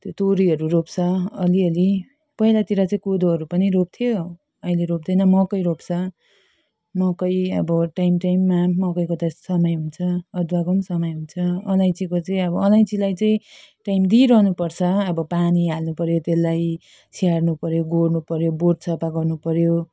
त्यो तेरीहरू रोप्छ अलिअलि पहिलातिर चाहिँ कोदोहरू पनि रोप्थ्यो अहिले रोप्दैन मकै रोप्छ मकै अब टाइम टाइममा मकैको त समय हुन्छ अदुवाको पनि समय हुन्छ अलैँचीको चाहिँ अब अलैँचीलाई चाहिँ टाइम दिइरहनुपर्छ अब पानी हाल्नुपर्यो त्यसलाई स्याहार्नुपर्यो गोड्नुपर्यो बोट सफा गर्नुपर्यो